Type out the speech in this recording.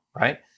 right